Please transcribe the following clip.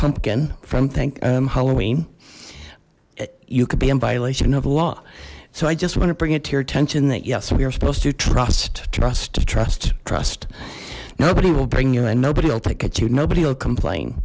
pumpkin from think um halloween you could be in violation of the law so i just want to bring it to your attention that yes we were supposed to trust trust trust trust nobody will bring you and nobody will take it nobody will complain